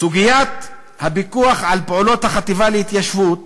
"סוגיית הפיקוח על פעולות החטיבה להתיישבות,